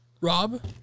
Rob